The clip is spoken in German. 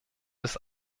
ist